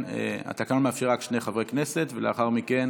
התקנון מאפשר רק שני חברי כנסת, ולאחר מכן